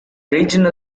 regional